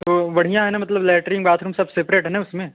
तो बढ़िया हैं ना मतलब लेट्रिंग बाथरूम सब सेपरेट है ना उसमें